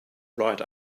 right